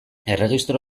erregistro